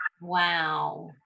Wow